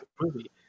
movie